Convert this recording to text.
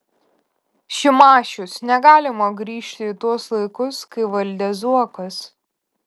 šimašius negalima grįžti į tuos laikus kai valdė zuokas